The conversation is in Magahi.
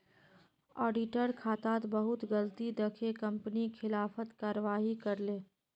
ऑडिटर खातात बहुत गलती दखे कंपनी खिलाफत कारवाही करले